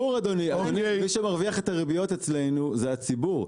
--- מי שמרוויח את הריביות אצלנו זה הציבור,